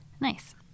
Nice